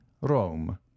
rome